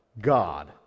God